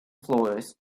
floors